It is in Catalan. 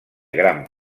gran